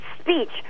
speech